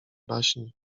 baśni